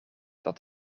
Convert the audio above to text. dat